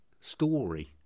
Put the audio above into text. story